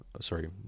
sorry